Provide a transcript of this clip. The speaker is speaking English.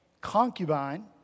concubine